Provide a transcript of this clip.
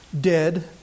dead